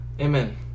Amen